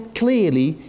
clearly